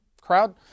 crowd